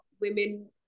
women